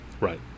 Right